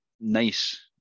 nice